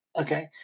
Okay